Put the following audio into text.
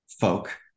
folk